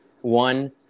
One